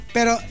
Pero